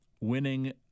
winning